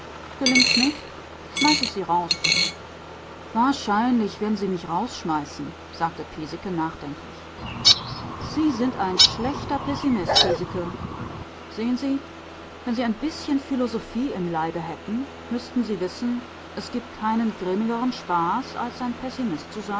nicht schmeiße ich sie raus wahrscheinlich werden sie mich rausschmeißen sagte piesecke nachdenklich sie sind ein schlechter pessimist piesecke sehen sie wenn sie ein bißchen philosophie im leibe hätten müßten sie wissen es gibt keinen grimmigeren spaß als ein